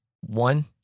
one